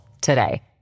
today